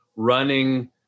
running